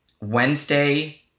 wednesday